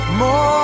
more